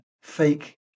fake